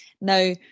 Now